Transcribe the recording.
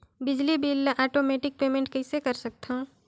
बिजली बिल ल automatic payment कइसे कर सकथव?